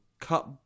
cut